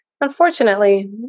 Unfortunately